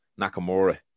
Nakamura